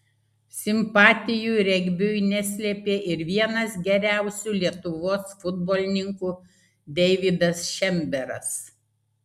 simpatijų regbiui neslėpė ir vienas geriausių lietuvos futbolininkų deividas šemberas